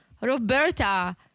Roberta